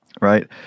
right